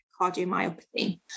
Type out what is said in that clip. cardiomyopathy